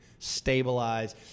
stabilize